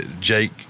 Jake